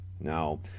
Now